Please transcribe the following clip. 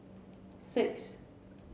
six